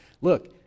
look